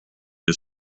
his